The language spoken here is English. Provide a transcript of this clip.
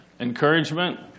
encouragement